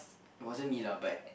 wasn't me lah but